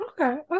okay